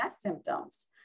symptoms